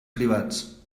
privats